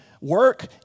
Work